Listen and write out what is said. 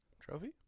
Trophy